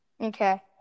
Okay